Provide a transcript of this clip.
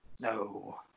No